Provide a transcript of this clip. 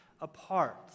apart